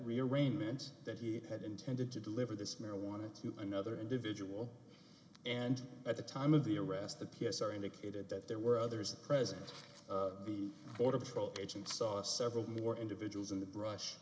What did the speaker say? rearrangements that he had intended to deliver this marijuana to another individual and at the time of the arrest the p s r indicated that there were others present the border patrol agents saw several more individuals in the brush